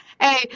Hey